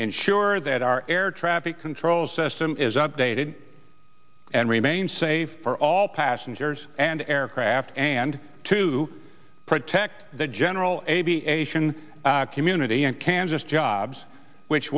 ensure that our air traffic control system is updated and remain safe for all passengers and aircraft and to protect the general aviation community in kansas jobs which